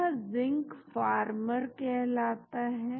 यह ZINCPharmer कहलाता है